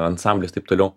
ansamblis taip toliau